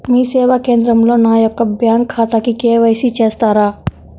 మీ సేవా కేంద్రంలో నా యొక్క బ్యాంకు ఖాతాకి కే.వై.సి చేస్తారా?